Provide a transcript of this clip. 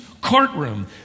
courtroom